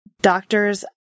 doctors